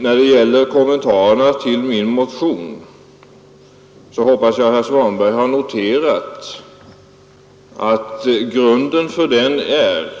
När det gäller kommentarerna till min motion hoppas jag herr Svanberg har noterat, att grunden för den är